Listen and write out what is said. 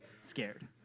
scared